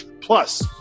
Plus